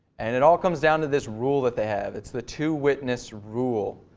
and it all come down to this rule that they have. it's the two witness rule.